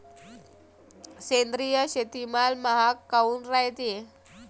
सेंद्रिय शेतीमाल महाग काऊन रायते?